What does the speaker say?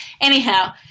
Anyhow –